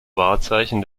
wahrzeichen